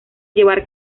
llevar